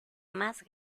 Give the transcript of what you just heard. más